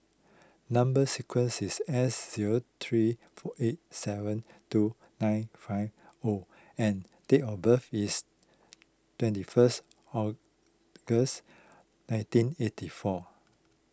Number Sequence is S zero three eight seven two nine five O and date of birth is twenty first August nineteen eighty four